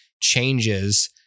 changes